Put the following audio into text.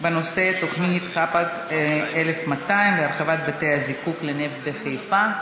בנושא תוכנית חפאג/1200 להרחבת בתי הזיקוק לנפט בחיפה.